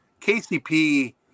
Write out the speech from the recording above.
KCP